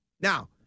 Now